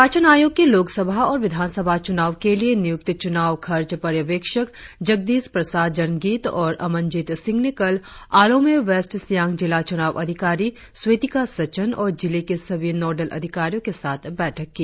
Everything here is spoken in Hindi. निर्वाचन आयोग के लोकसभा और विधानसभा चुनाव के लिए नियुक्त चुनाव खर्च पर्यवेक्षक जग्दिश प्रसाद जंगिद और अमनजित सिंह ने कल आलों में वेस्ट सियांग जिला चुनाव अधिकारी स्वेतिका सचन और जिले के सभी नोडल अधिकारियों के साथ बैठक की